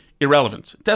irrelevance